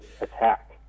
attack